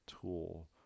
tool